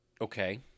Okay